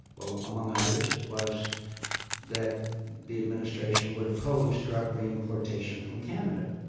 among others, was that the administration would oppose drug reimportation from canada,